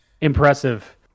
impressive